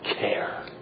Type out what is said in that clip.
care